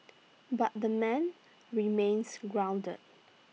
but the man remains grounded